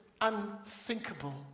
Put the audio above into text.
unthinkable